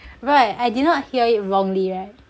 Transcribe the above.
right I did not hear it wrongly right